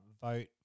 vote